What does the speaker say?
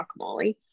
guacamole